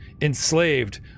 enslaved